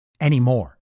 anymore